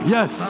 Yes